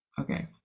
okay